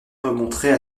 remonterait